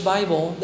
Bible